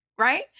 Right